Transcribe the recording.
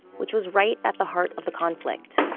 which was right at the heart of the conflict